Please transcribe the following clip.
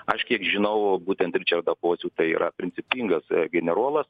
aš kiek žinau būtent ričardą pocių tai yra principingas generolas